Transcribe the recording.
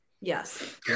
Yes